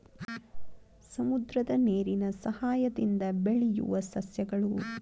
ಸಮುದ್ರದ ನೇರಿನ ಸಯಹಾಯದಿಂದ ಬೆಳಿಯುವ ಸಸ್ಯಗಳು